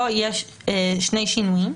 פה יש שני שינויים.